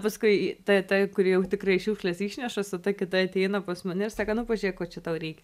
paskui ta ta kuri jau tikrai šiukšles išneša su ta kita ateina pas mane ir sako nu pažiūrėk čia tau reikia